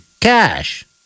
Cash